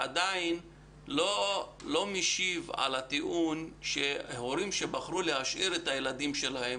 זה עדיין לא משיב על הטיעון שהורים שבחרו להשאיר את הילדים שלהם